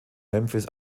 memphis